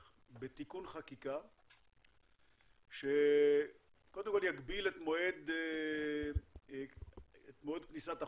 בתיקון חקיקה שקודם כל יגביל את מועד כניסת החוק,